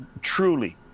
truly